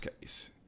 case